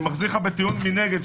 אני מחזיר לך בטיעון מנגד.